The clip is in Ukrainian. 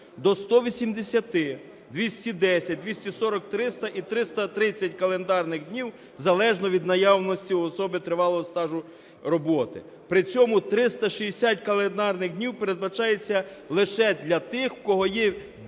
до 180, 210, 240, 300 і 330 календарних днів, залежно від наявності у особи тривалого стажу роботи. При цьому 360 календарних днів передбачається лише для тих, в кого є